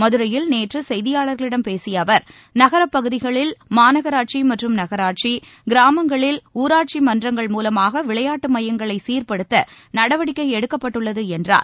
மதுரையில் நேற்று செய்தியாளர்களிடம் பேசிய அவர் நகர்ப்பகுதிகளில் மாநகராட்சி மற்றம் நகராட்சி கிராமங்களில் ஊராட்சிமன்றங்கள் மூலமாக விளையாட்டு மையங்களை சீர்ப்படுத்த நடவடிக்கை எடுக்கப்பட்டுள்ளது என்றார்